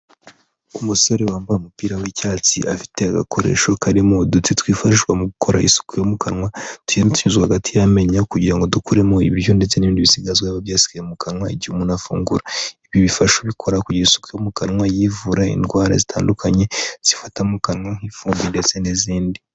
Umusore wambaye umupira w'icyatsi afite agakoresho karimo uduti twifashishwa mu gukora isuku yo mu kanwa, tugenda tunyuzwa hagati y'amenyo kugira ngo dukuremo ibiryo ndetse n'ibindi bisigazwa byasigaye mu kanwa igihe umuntu afungura, ibi bifasha ubikora kugira isuku mu kanwa yivura indwara zitandukanye zifata mu kanwa nk'ifumberi ndetse n'izindi.